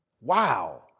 Wow